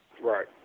Right